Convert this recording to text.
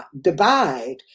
divide